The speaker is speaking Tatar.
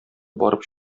барып